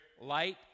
light